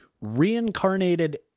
reincarnated